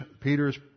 Peter's